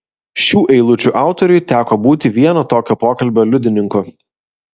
šių eilučių autoriui teko būti vieno tokio pokalbio liudininku